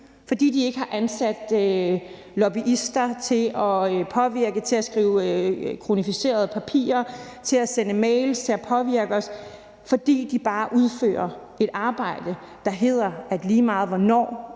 fordi de ikke har ansat lobbyister til at påvirke, til at skrive kronikker , til at sende mails og til at påvirke os, fordi de bare udfører et arbejde, hvor det hedder, at lige meget hvornår